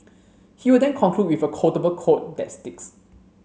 he will then conclude with a quotable quote that sticks